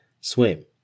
swim